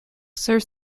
serves